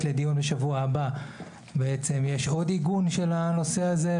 לדיון בשבוע הבא בעצם יש עוד עיגון של הנושא הזה,